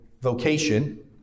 vocation